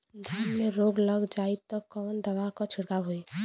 धान में रोग लग जाईत कवन दवा क छिड़काव होई?